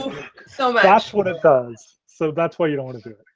so that's what it does. so that's why you don't want to do it.